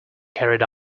carried